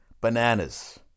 Bananas